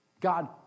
God